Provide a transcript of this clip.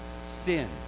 sin